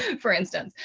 for instance?